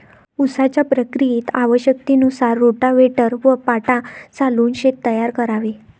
उसाच्या प्रक्रियेत आवश्यकतेनुसार रोटाव्हेटर व पाटा चालवून शेत तयार करावे